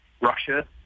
Russia